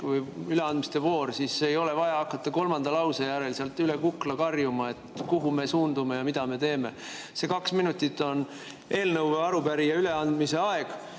on üleandmise hetk või voor, siis ei ole vaja hakata kolmanda lause järel sealt üle kukla karjuma, et kuhu me suundume ja mida me teeme. See kaks minutit on eelnõu või arupärimise üleandmise aeg